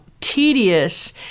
tedious